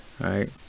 Right